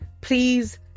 please